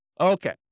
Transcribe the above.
Okay